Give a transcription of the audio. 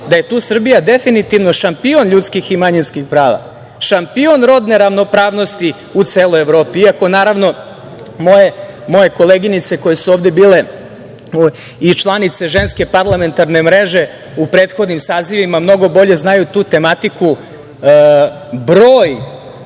da je tu Srbija definitivno šampion ljudskih i manjinskih prava, šampion rodne ravnopravnosti u celoj Evropi, iako, naravno, moje koleginice koje su ovde bile i članice Ženske parlamentarne mreže u prethodnim sazivima mnogo bolje znaju tu tematiku. Broj